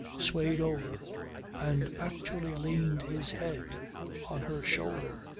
swayed over and actually leaned his head on her shoulder,